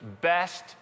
best